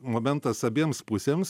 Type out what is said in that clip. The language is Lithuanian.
momentas abiems pusėms